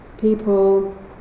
people